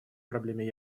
проблеме